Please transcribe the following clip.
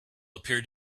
appeared